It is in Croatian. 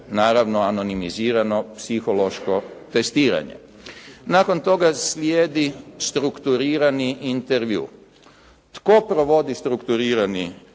naravno anonimizirano psihološko t3estiranje. Nakon toga slijedi strukturirani intervju. Tko provodi strukturirani